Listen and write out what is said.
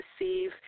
receive